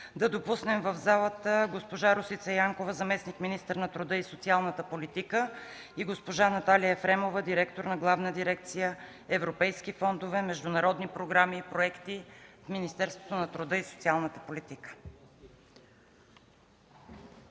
да допуснем в залата госпожа Росица Янкова – заместник-министър на труда и социалната политика, и госпожа Наталия Ефремова – директор на Главна дирекция „Европейски фондове, международни програми и проекти” в Министерството на труда и социалната политика.